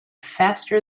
faster